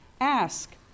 ask